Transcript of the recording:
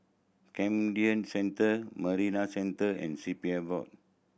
Camden Centre Marina Centre and C P F Board